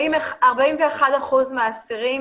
41% מהאסירים